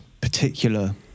particular